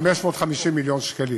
550 מיליון שקלים.